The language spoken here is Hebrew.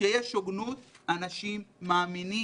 כשיש הוגנות אנשים מאמינים,